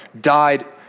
died